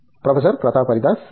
professor Pratap Haridas సరే